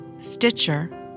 Stitcher